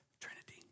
Trinity